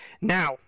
now